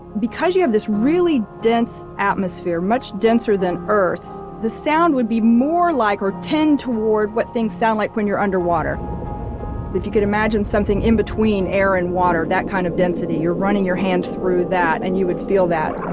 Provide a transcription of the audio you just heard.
because you have this really dense atmosphere, much denser than earth's, the sound would be more like or tend toward what things sound like when you're under water if you could imagine something in between air and water, that kind of density, you're running your hand through that and you would feel that